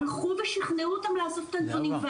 הלכו ושכנעו אותם לאסוף את הנתונים.